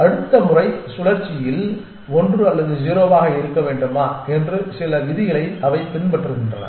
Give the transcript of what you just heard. அடுத்த முறை சுழற்சியில் 1 அல்லது 0 ஆக இருக்க வேண்டுமா என்று சில விதிகளை அவை பின்பற்றுகின்றன